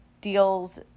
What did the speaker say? deals